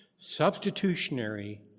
substitutionary